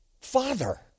Father